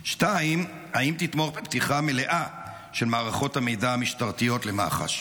2. האם תתמוך בפתיחה מלאה של מערכות המידע המשטרתיות למח"ש?